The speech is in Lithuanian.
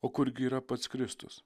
o kurgi yra pats kristus